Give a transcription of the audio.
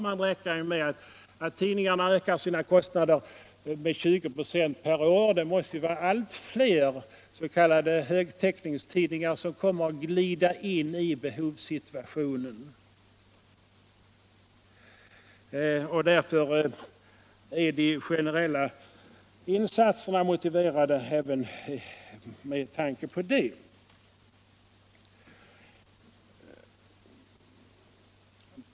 Man räknar ju med att tidningarna ökar sina kostnader med 20 96 per år. Det måste vara allt fler s.k. högtäckningstidningar som kommer att glida in i behovssituationen. Därför är de generella insatserna motiverade även med tanke på detta.